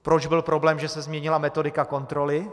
Proč byl problém, že se změnila metodika kontroly?